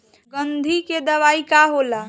गंधी के दवाई का होला?